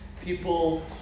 People